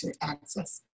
access